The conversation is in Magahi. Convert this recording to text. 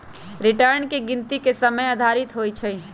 रिटर्न की गिनति के समय आधारित होइ छइ